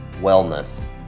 wellness